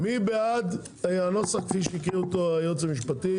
מי בעד הנוסח כפי שהקריא אותו היועץ המשפטי?